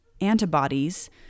antibodies